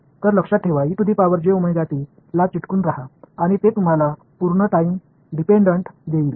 तर लक्षात ठेवा ला चिटकून रहा आणि ते तुम्हाला पूर्ण टाइम डिपेन्डन्ट देईल